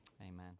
amen